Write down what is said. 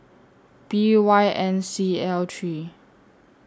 B Y N C L three